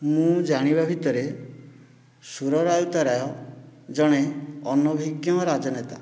ମୁଁ ଜାଣିବା ଭିତରେ ସୁର ରାଉତରାୟ ଜଣେ ଅନୁଭିଜ୍ଞ ରାଜନେତା